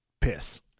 piss